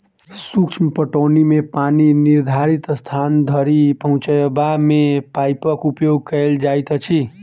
सूक्ष्म पटौनी मे पानि निर्धारित स्थान धरि पहुँचयबा मे पाइपक उपयोग कयल जाइत अछि